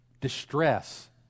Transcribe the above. distress